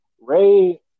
Ray